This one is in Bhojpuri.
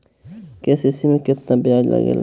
के.सी.सी में केतना ब्याज लगेला?